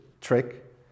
trick